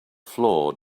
floor